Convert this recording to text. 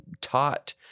taught